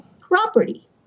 property